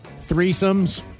threesomes